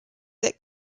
that